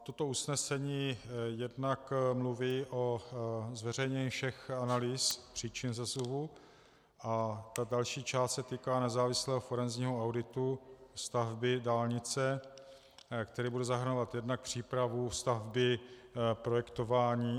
Toto usnesení jednak mluví o zveřejnění všech analýz příčin sesuvu a další část se týká nezávislého forenzního auditu stavby dálnice, který bude zahrnovat jednak přípravu stavby, projektování atd.